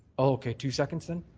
oh, okay, two seconds then?